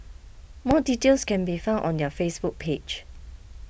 more details can be found on their Facebook page